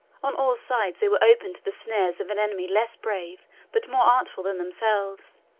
on all sides they were open to the snares of an enemy less brave but more artful than themselves.